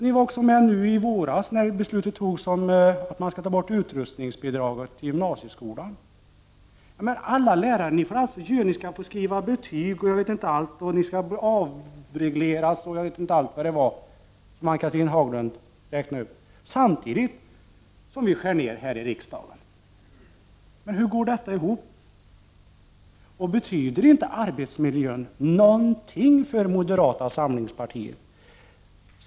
Ni var också med i våras när det fattades beslut om att man skulle ta bort utrustningsbidraget till gymnasieskolan. Ann-Cathrine Haglund räknade upp en mängd saker — lärarna skall skriva betyg, vi skall hn: avreglering och jag vet inte allt. Samtidigt skär vi ner här i riksdagen. "Tur går detta ihop? Betyder inte arbetsmiljön någonting för moderata samlingspartiet?